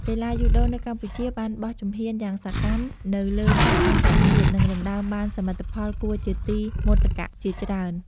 កីឡាយូដូនៅកម្ពុជាបានបោះជំហានយ៉ាងសកម្មនៅលើឆាកអន្តរជាតិ និងដណ្តើមបានសមិទ្ធផលគួរជាទីមោទកៈជាច្រើន ។